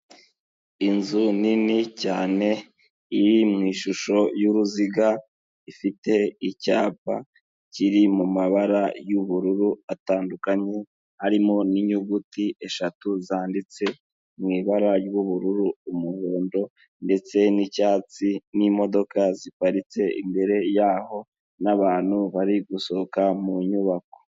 Inzu nini cyane iri mu ishusho y'uruziga, ifite icyapa kiri mu mabara y'ubururu atandukanye, harimo n'inyuguti eshatu zanditse mu ibara ry'ubururu, umuhondo ndetse n'icyatsi, n'imodoka ziparitse imbere yaho, n'abantu bari gusohoka mu nyubako.